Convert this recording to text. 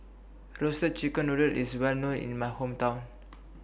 Roasted Chicken Noodle IS Well known in My Hometown